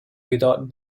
without